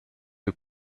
you